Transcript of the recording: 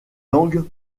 langues